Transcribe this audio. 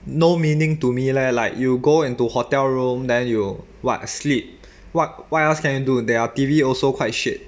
no meaning to me leh like you go into hotel room then you what sleep what what else can you do their T_V also quite shit